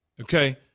okay